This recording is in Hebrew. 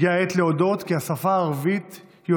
הגיעה העת להודות כי השפה הערבית היא